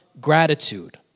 gratitude